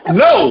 no